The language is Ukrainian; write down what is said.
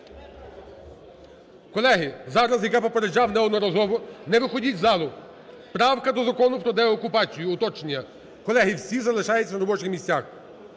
Колеги, зараз як я попереджав неодноразово, не виходіть із залу. Правка до Закону про деокупацію. Уточнення. Колеги, всі залишаються на робочих місцях.